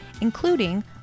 including